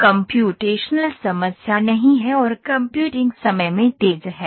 कोई कम्प्यूटेशनल समस्या नहीं है और कंप्यूटिंग समय में तेज है